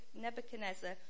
Nebuchadnezzar